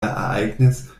ereignis